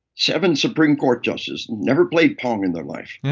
seven supreme court justices, never played pong in their life, yeah